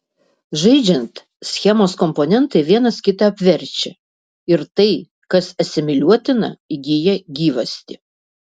žaidžiant schemos komponentai vienas kitą apverčia ir tai kas asimiliuotina įgyja gyvastį